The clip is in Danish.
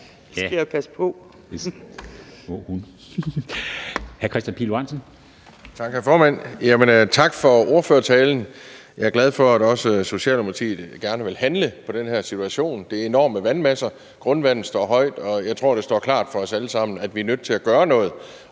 Tak for ordførertalen. Jeg er glad for, at også Socialdemokratiet gerne vil handle på den her situation – det er enorme vandmasser, grundvandet står højt, og jeg tror, det står klart for os alle sammen, at vi er nødt til at gøre noget,